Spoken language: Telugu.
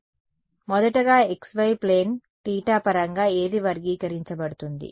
కాబట్టి మొదటగా xy ప్లేన్ θ పరంగా ఏది వర్గీకరించబడుతుంది